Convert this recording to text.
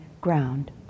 ground